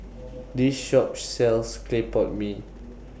This Shop sells Clay Pot Mee